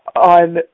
on